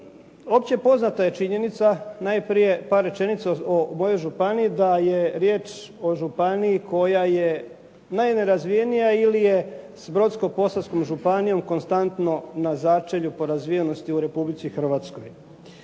opće poznata je činjenica, najprije par rečenica o mojoj županiji, da je riječ o županiji koja je najnerazvijenija, ili je s Brodsko-posavskom županijom konstantno na začelju po razvijenosti u Republici Hrvatskoj.